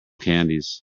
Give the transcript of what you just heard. candies